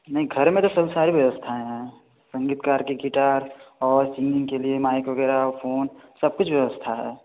नहीं घर में तो सब सारी व्यवस्थाएँ हैं संगीतकार की गिटार और सिंगिंग के लिए माइक वग़ैरह फ़ोन सब कुछ व्यवस्थाएँ हैं